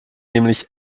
nämlich